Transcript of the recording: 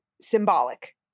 symbolic